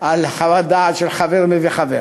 חוות דעת של חבר מביא חבר.